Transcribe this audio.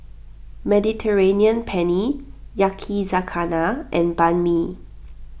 Mediterranean Penne Yakizakana and Banh Mi